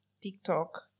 TikTok